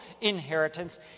inheritance